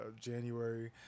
January